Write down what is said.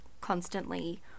constantly